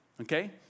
okay